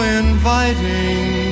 inviting